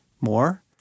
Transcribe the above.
more